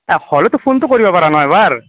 এ হ'লেওতো ফোনটো কৰিব পাৰা ন' এবাৰ